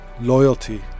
loyalty